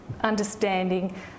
understanding